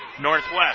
Northwest